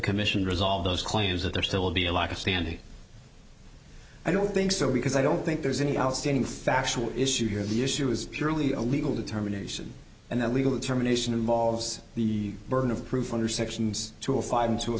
commission resolve those claims that there still will be a lack of standing i don't think so because i don't think there's any outstanding factual issue here the issue is purely a legal determination and that legal determination involves the burden of proof under section two a five